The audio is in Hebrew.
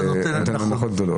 נותן הנחות גדולות.